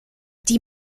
die